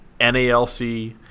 NALC